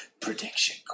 Prediction